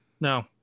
no